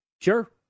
Sure